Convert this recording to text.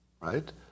right